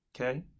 Okay